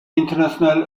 international